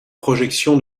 projections